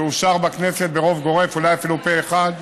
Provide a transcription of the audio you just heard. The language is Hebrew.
שאושר בכנסת ברוב גורף, אולי אפילו פה אחד,